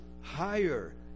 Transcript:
higher